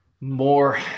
more